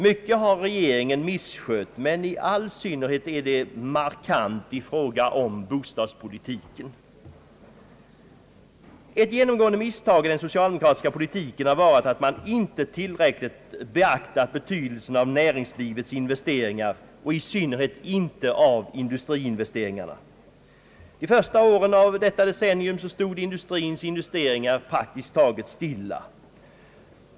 Mycket har regeringen misskött, men i all synnerhet är dess misstag markanta inom bostadspolitiken. Ett genomgående misstag i den socialdemokratiska politiken har varit att man inte tillräckligt beaktat betydelsen av näringslivets investeringar och i synnerhet då av industriinvesteringarna. De första åren av detta decennium stod industrins investeringar praktiskt taget stilla.